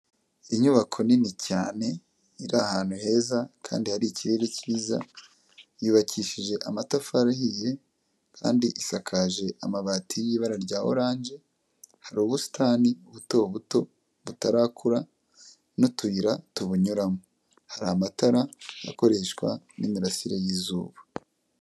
Inyubako nini cyane iri ahantu heza kandi hari ikirere kiza, yubakishije amatafari ahiye kandi isakaje amabati y'ibara rya orange, hari ubusitani buto buto butarakura n'utuyira tubunyuramo. Hari amatara akoreshwa n'imirasire y'izuba.